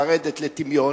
לרדת לטמיון,